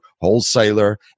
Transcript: wholesaler